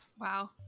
Wow